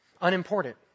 unimportant